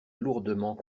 lourdement